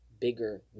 bigger